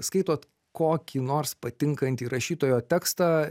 skaitot kokį nors patinkantį rašytojo tekstą